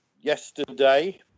Yesterday